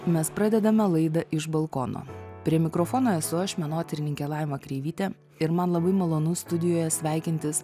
mes pradedame laidą iš balkono prie mikrofono esu aš menotyrininkė laima kreivytė ir man labai malonu studijoje sveikintis